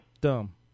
Dumb